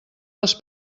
les